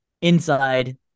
inside